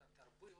את התרבויות.